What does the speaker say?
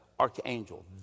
Archangel